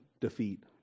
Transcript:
defeat